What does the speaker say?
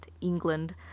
England